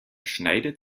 schneidet